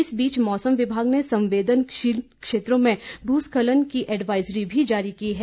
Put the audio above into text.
इस बीच मौसम विभाग ने संवेदनशील क्षेत्रों में भूस्खलन की एडवाजरी भी जारी की है